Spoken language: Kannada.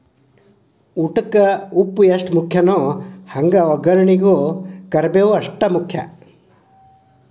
ಊಟಕ್ಕ ಉಪ್ಪು ಎಷ್ಟ ಮುಖ್ಯಾನೋ ಹಂಗ ವಗ್ಗರ್ನಿಗೂ ಕರ್ಮೇವ್ ಅಷ್ಟ ಮುಖ್ಯ